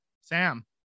Sam